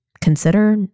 consider